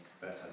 better